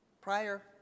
prior